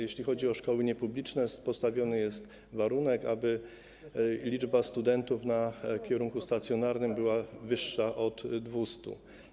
Jeśli chodzi o szkoły niepubliczne, postanowiony jest warunek, aby liczba studentów na kierunku stacjonarnym była wyższa od 200.